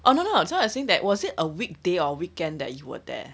oh no no I was saying that was it a weekday or weekend that you were there